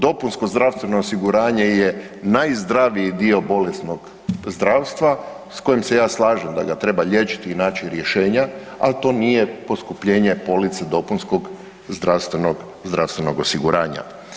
Dopunsko zdravstveno osiguranje je najzdraviji dio bolesnog zdravstva sa kojim se ja slažem da ga treba liječiti i naći rješenja, ali to nije poskupljenje police dopunskog zdravstvenog osiguranja.